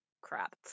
Crap